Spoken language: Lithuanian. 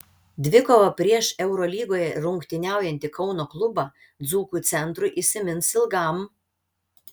dvikova prieš eurolygoje rungtyniaujantį kauno klubą dzūkų centrui įsimins ilgam